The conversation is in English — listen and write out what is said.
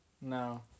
No